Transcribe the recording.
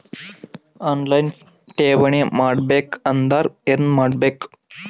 On line ಠೇವಣಿ ಮಾಡಬೇಕು ಅಂದರ ಏನ ಮಾಡಬೇಕು?